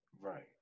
Right